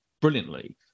brilliantly